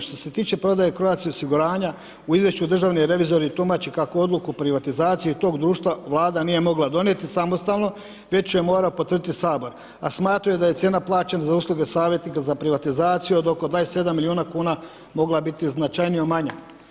Što se tiče prodaje Croatia osiguranja u izvješću državni revizor tumače kako odluku o privatizaciji tog društva Vlada nije mogla donijeti samostalno, već je morao potvrditi Sabor, a smatraju da je cijena plaćena za usluge savjetnika, za privatizaciju od oko 27 milijuna kuna mogla biti značajnije manja.